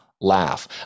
laugh